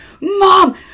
mom